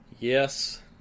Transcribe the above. Yes